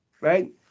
right